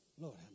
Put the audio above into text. Lord